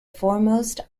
foremost